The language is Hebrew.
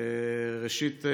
ראשית,